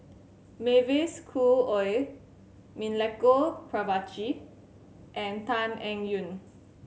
Mavis Khoo Oei Milenko Prvacki and Tan Eng Yoon